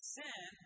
sin